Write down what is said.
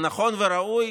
היה נכון וראוי